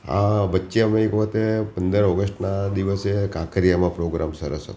આ વચ્ચે અમે એક વખતે પંદર ઓગસ્ટના દિવસે કાંકરિયામાં પ્રોગ્રામ સરસ હતો